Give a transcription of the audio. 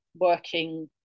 working